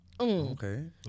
Okay